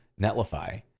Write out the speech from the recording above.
Netlify